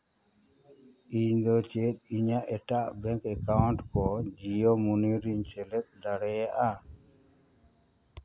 ᱤᱧ ᱫᱚ ᱪᱮᱫ ᱤᱧᱟᱹᱜ ᱮᱴᱟᱜ ᱵᱮᱝᱠ ᱮᱠᱟᱣᱩᱱᱴ ᱠᱚ ᱡᱤᱣᱳ ᱢᱚᱱᱤ ᱨᱮᱧ ᱥᱮᱞᱮᱫ ᱫᱟᱲᱮᱭᱟᱜᱼᱟ